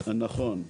נכון.